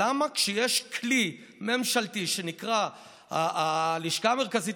למה כשיש כלי ממשלתי שנקרא הלשכה המרכזית